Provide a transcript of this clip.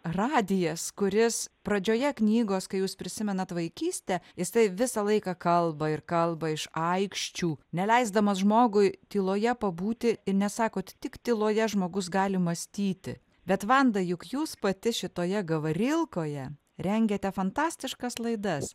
radijas kuris pradžioje knygos kai jūs prisimenat vaikystę jisai visą laiką kalba ir kalba iš aikščių neleisdamas žmogui tyloje pabūti i nes sakot tik tyloje žmogus gali mąstyti bet vanda juk jūs pati šitoje gavarilkoje rengėte fantastiškas laidas